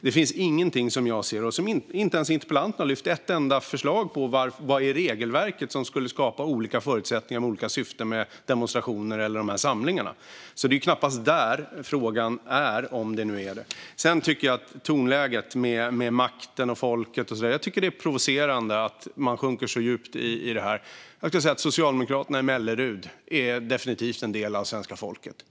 Det finns ingenting som jag ser eller som interpellanten ens har ett enda förslag på när det gäller att regelverket skulle skapa olika förutsättningar med olika syften för demonstrationer eller de här samlingarna. Det är alltså knappast det som frågan gäller, om det nu gör det. Jag tycker för övrigt att tonläget med ordval som "makten" och "folket" och att man sjunker så djupt är provocerande. Socialdemokraterna i Mellerud är definitivt en del av svenska folket.